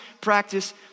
practice